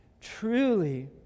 truly